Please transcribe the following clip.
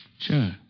Sure